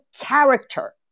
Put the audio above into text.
character